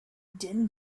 din